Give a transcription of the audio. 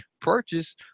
purchase